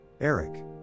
Eric